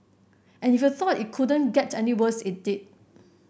and if you thought it couldn't get any worse it did